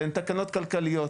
והן תקנות כלכליות: